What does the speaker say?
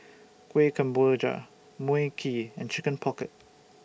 Kuih Kemboja Mui Kee and Chicken Pocket